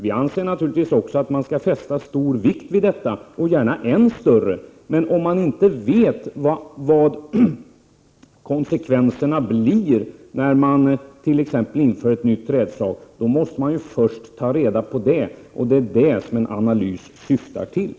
Vi anser också att man skall fästa stor vikt vid detta — gärna en större vikt — men om man inte vet vad konsekvenserna blir när man t.ex. inför ett nytt trädslag måste man först ta reda på det. Det är det som en analys syftar till.